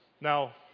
Now